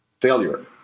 failure